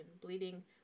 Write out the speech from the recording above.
bleeding